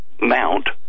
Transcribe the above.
Mount